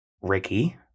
Ricky